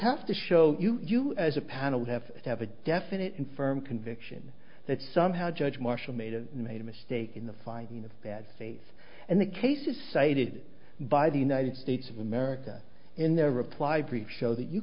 have to show you you as a panel would have to have a definite and firm conviction that somehow judge marshall made a major mistake in the finding of bad faith and the cases cited by the united states of america in their reply brief show that you